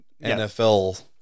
NFL